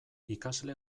ikasle